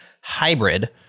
hybrid